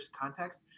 context